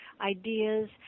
ideas